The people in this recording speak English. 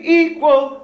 equal